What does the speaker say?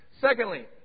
Secondly